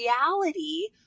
reality